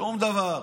שום דבר.